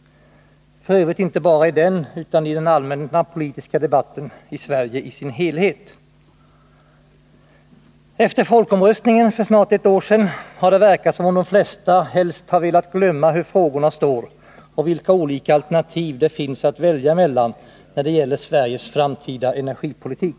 — f. ö. inte bara i den utan i den allmänna politiska debatten i Sverige i dess helhet. Efter folkomröstningen för snart ett år sedan har det verkat som om de flesta helst har velat glömma hur frågorna står och vilka olika alternativ det finns att välja mellan när det gäller Sveriges framtida energipolitik.